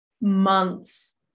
months